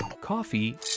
coffee